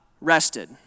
rested